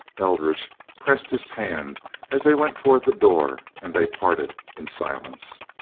eldridge pressed his hand as they went toward the door, and they parted in silence.